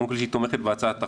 קודם כל היא תומכת בהצעת החוק,